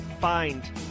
find